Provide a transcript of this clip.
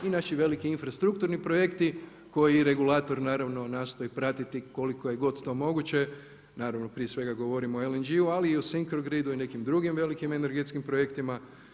I naši veliki infrastrukturni projekti koje regulator naravno nastoji pratiti koliko je god to moguće, naravno prije svega govorimo o LNG-u ali i o SINKO GRID-u i o nekim drugim velikim energetskim projektima.